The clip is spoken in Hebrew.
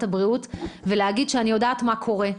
הבריאות ולהגיד שאני יודעת מה קורה.